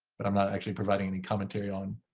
but i'm not actually providing any commentary on